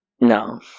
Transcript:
No